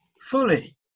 fully